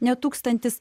ne tūkstantis